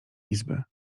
izby